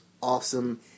awesome